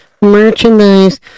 Merchandise